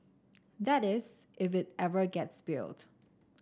that is if it ever gets built